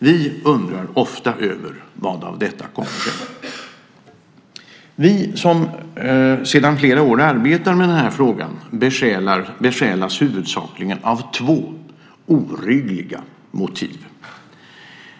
Vi undrar ofta vad detta kommer sig av. Vi som sedan flera år arbetar med denna fråga besjälas huvudsakligen av två oryggliga motiv.